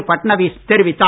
ஃபட்னவிஸ் தெரிவித்தார்